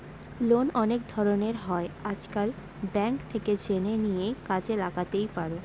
loan অনেক ধরনের হয় আজকাল, ব্যাঙ্ক থেকে জেনে নিয়ে কাজে লাগাতেই পারো